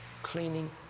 cleaning